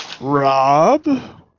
Rob